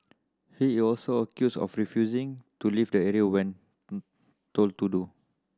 he is also accused of refusing to leave the area when told to do